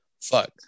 fuck